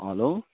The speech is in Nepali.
हेलो